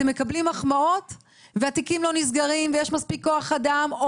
אתם מקבלים מחמאות ותיקים לא נסגרים ויש מספיק כוח אדם.